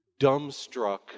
dumbstruck